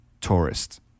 tourist